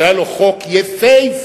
שהיה לו חוק יפהפה,